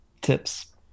Tips